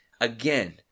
again